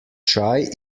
čaj